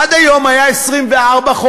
עד היום היה 24 חודש,